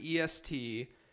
EST